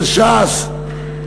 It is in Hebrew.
של ש"ס,